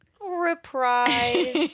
Reprise